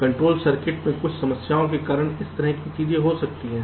control circuit में कुछ समस्याओं के कारण इस तरह की चीजें हो सकती हैं